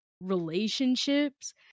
relationships